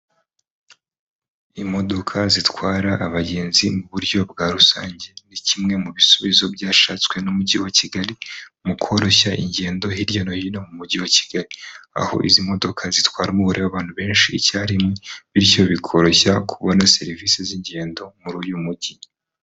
Imodoka zitwara abagenzi mu buryo bwa rusange ni kimwe mu bisubizo byashatswe n'umujyi wa kigali mu koroshya ingendo hirya no hino mu mujyi wa kigali, aho izi modoka zitwara umubare w'abantu benshi icyarimo bityo bikoroshya kubona serivisi z'ingendo muri uyu mujyi.